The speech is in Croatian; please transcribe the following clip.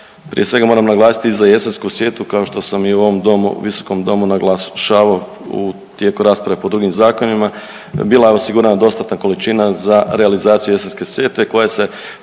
prije svega moram naglasiti i za jesensku sjetvu kao što sam i u ovom domu, visokom domu naglašavao tijekom rasprave po drugim zakonima, bila je osigurana dostatna količina za realizaciju jesenske sjetve koja se